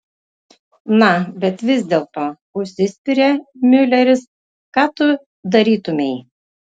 na bet vis dėlto užsispiria miuleris ką tu darytumei